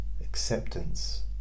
acceptance